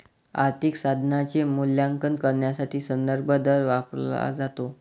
आर्थिक साधनाचे मूल्यांकन करण्यासाठी संदर्भ दर वापरला जातो